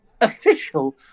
Official